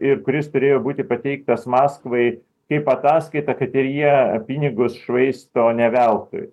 ir kuris turėjo būti pateiktas maskvai kaip ataskaita kad ir jie pinigus švaisto ne veltui